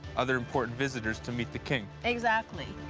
other important visitors to meet the king? exactly.